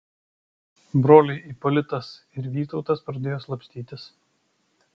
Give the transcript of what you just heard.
broliai ipolitas ir vytautas pradėjo slapstytis